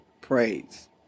praise